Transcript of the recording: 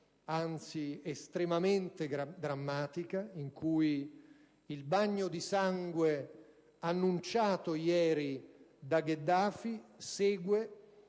anzi estremamente drammatica, in cui il bagno di sangue annunciato ieri da Gheddafi segue